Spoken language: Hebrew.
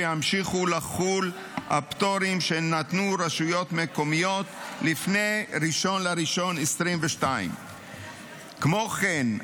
שימשיכו לחול הפטורים שנתנו רשויות מקומיות לפני 1 בינואר 2022. כמו כן,